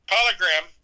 Polygram